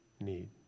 need